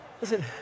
Listen